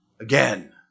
again